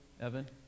Evan